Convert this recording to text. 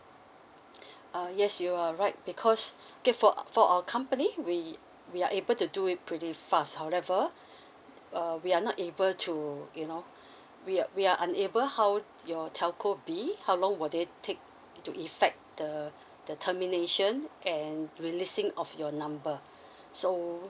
ah yes you are right because okay for for our company we we are able to do it pretty fast however uh we are not able to you know we are we are unable how your telco B how long will they take to effect the the termination and releasing of your number so